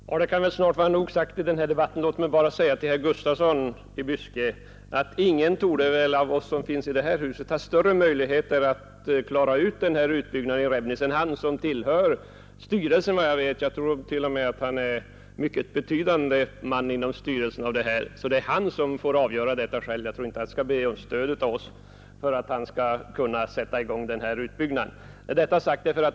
Herr talman! Det kan väl snart vara nog sagt i den här debatten. Låt mig bara säga till herr Gustafsson i Byske att ingen av oss som finns i det här huset torde ha större möjligheter att klara ut utbyggnaden i Rebnis än han, som tillhör styrelsen för företaget. Jag tror t.o.m. att han är en mycket betydande man inom styrelsen. Herr Gustafsson får avgöra detta själv. Jag tror inte att han behöver be om stöd av oss för att kunna sätta i gång utbyggnaden.